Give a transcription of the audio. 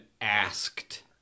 asked